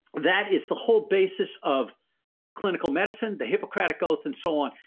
that is the whole basis of clinical medicine, the hippocratic oath and so on.